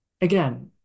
Again